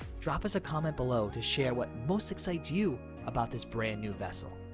drop us a comment below to share what most excites you about this brand-new vessel.